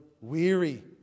weary